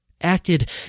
acted